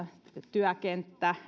työkenttä